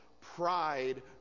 Pride